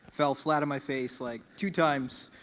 fell flat on my face like two times.